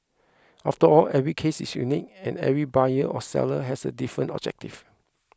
after all every case is unique and every buyer or seller has a different objective